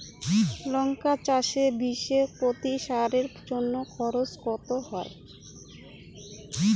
লঙ্কা চাষে বিষে প্রতি সারের জন্য খরচ কত হয়?